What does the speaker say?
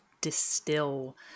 distill